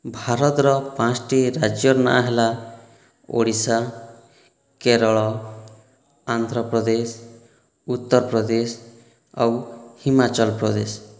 ଭାରତର ପାଞ୍ଚୋଟି ରାଜ୍ୟର ନାଁ ହେଲା ଓଡ଼ିଶା କେରଳ ଆନ୍ଧ୍ରପ୍ରଦେଶ ଉତ୍ତରପ୍ରଦେଶ ଆଉ ହିମାଚଳପ୍ରଦେଶ